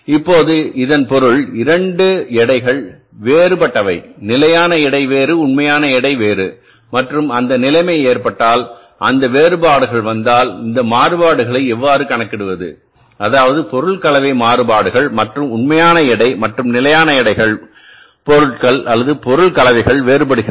இப்போது இதன் பொருள் 2 எடைகள் வேறுபட்டவை நிலையான எடை வேறு உண்மையான எடை வேறு மற்றும் அந்த நிலைமை ஏற்பட்டால் அந்த வேறுபாடுகள் வந்தால் இந்த மாறுபாடுகளை எவ்வாறு கணக்கிடுவது அதாவது பொருள் கலவை மாறுபாடுகள் மற்றும் உண்மையான எடை மற்றும் நிலையான எடைகள் பொருட்கள் அல்லது பொருள் கலவைகள் வேறுபடுகின்றன